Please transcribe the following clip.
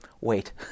wait